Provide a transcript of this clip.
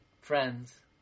friends